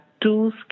two